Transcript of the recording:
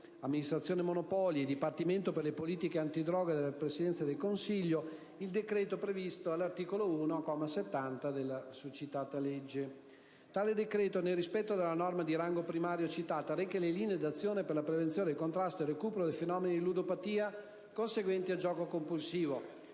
di Stato e il Dipartimento per le politiche antidroga della Presidenza del Consiglio, il decreto previsto all'articolo 1, comma 70, della legge di stabilità per il 2011. Tale decreto, nel rispetto della norma di rango primario citata, reca le linee di azione per la prevenzione, il contrasto e il recupero dei fenomeni di ludopatia conseguenti al gioco compulsivo.